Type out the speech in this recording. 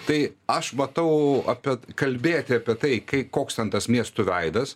tai aš matau apie kalbėti apie tai kai koks ten tas miesto veidas